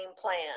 plan